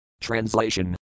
Translation